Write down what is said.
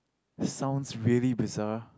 sounds really bizarre